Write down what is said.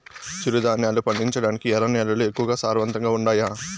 చిరుధాన్యాలు పండించటానికి ఎర్ర నేలలు ఎక్కువగా సారవంతంగా ఉండాయా